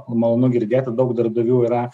malonu girdėti daug darbdavių yra